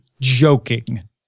joking